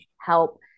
help